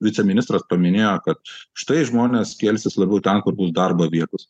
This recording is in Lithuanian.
viceministras paminėjo kad štai žmonės kelsis labiau ten kur bus darbo vietos